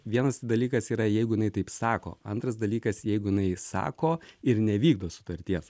vienas dalykas yra jeigu jinai taip sako antras dalykas jeigu jinai sako ir nevykdo sutarties